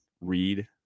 read